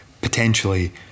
potentially